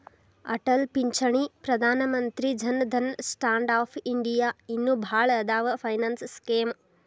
ಅಟಲ್ ಪಿಂಚಣಿ Pradhan Mantri Jan Dhan stand up India ಇನ್ನು ಭಾಳ್ ಅದಾವ್ ಫೈನಾನ್ಸ್ ಸ್ಕೇಮ್